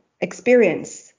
experience